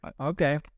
Okay